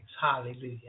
Hallelujah